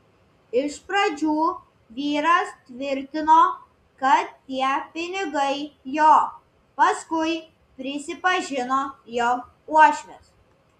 iš pradžių vyras tvirtino kad tie pinigai jo paskui prisipažino jog uošvės